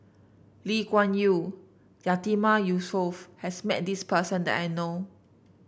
Lee Kuan Yew Yatiman Yusof has met this person that I know